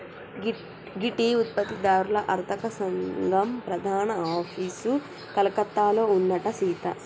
గీ టీ ఉత్పత్తి దారుల అర్తక సంగం ప్రధాన ఆఫీసు కలకత్తాలో ఉందంట సీత